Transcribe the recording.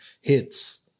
hits